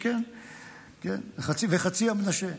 הגרגשי, כן, וחצי המנשה.